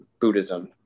buddhism